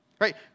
right